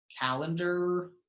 calendar